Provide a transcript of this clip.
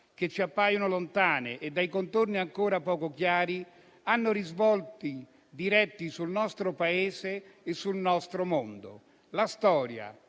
che ci appaiono lontane e dai contorni ancora poco chiari, hanno risvolti diretti sul nostro Paese e sul nostro mondo. La storia,